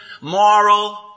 moral